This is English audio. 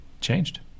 changed